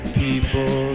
people